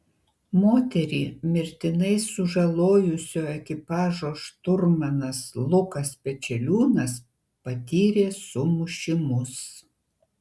moterį mirtinai sužalojusio ekipažo šturmanas lukas pečeliūnas patyrė sumušimus